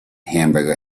hamburger